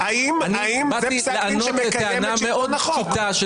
האם זה פסק דין שמקיים את שלטון החוק?